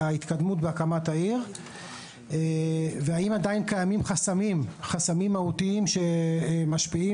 ההתקדמות בהקמת העיר והאם עדיין קיימים חסמים מהותיים שמשפיעים